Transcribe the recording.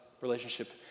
relationship